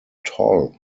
toll